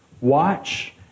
Watch